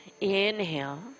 Inhale